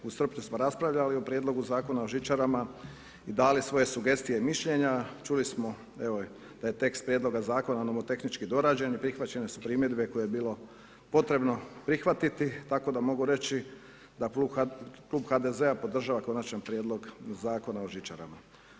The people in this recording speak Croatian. U srpnju smo raspravljali o prijedlogu Zakona o žičarama i dali svoje sugestije i mišljenja, čuli smo da je tekst prijedloga zakona nomotehnički dorađen i prihvaćene su primjedbe koje je bilo potrebno prihvatiti tako da mogu reći da klub HDZ-a podržava konačan prijedlog Zakona o žičarama.